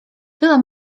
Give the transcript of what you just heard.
tyle